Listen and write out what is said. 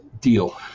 deal